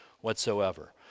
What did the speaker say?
whatsoever